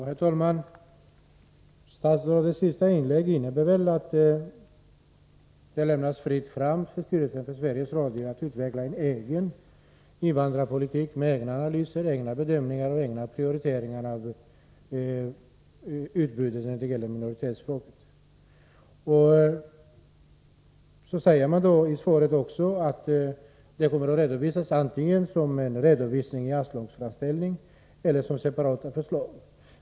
Herr talman! Statsrådets senaste inlägg innebär väl att man låter det bli fritt fram för Sveriges Radios styrelse att utveckla en egen invandrarpolitik med egna analyser, egna bedömningar och prioriteringar av utbudet när det gäller minoritetsspråk. I svaret sägs att förslag om förändringar kommer att föreläggas regeringen, ”antingen som en redovisning i anslagsframställningen eller som separata förslag”.